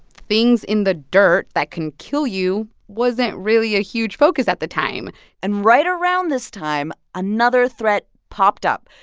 things in the dirt that can kill you wasn't really a huge focus at the time and right around this time, another threat popped up.